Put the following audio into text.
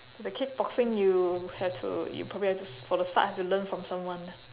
for the kickboxing you have to you probably have to for the start have to learn from someone